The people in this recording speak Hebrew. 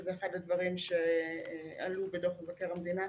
שזה אחד הדברים שעלו בדוח מבקר המדינה,